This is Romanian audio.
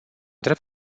drept